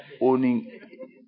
owning